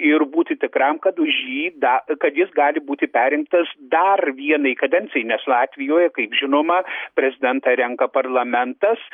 ir būti tikram kad už jį da kad jis gali būti perrinktas dar vienai kadencijai nes latvijoje kaip žinoma prezidentą renka parlamentas